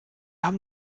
haben